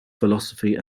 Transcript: philosophy